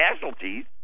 casualties